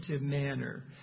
manner